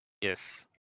Yes